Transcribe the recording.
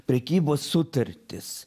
prekybos sutartys